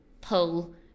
pull